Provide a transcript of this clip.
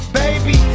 baby